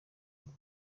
ngo